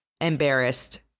embarrassed